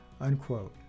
unquote